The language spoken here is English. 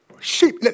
sheep